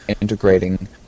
integrating